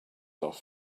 off